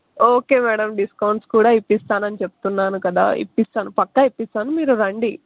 okay madam discounts కూడా ఇస్తానని చెప్తున్నాను కదా ఇస్తాను పక్క ఇస్తాను మీరు రండి